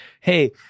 Hey